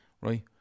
right